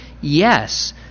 Yes